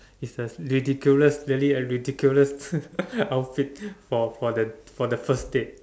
it's the ridiculous really a ridiculous outfit for for the for the first date